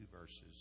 verses